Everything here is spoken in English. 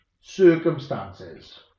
circumstances